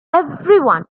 everyone